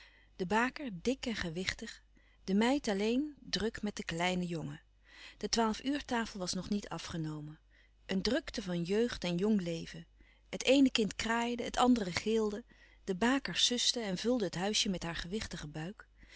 de baker dik en gewichtig de meid alleen druk met den kleinen louis couperus van oude menschen de dingen die voorbij gaan jongen de twaalf uurtafel nog niet afgenomen een drukte van jeugd en jong leven het eene kind kraaide het andere gilde de baker suste en vulde het huisje met haar gewichtigen buik